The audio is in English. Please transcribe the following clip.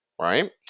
right